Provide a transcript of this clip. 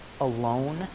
alone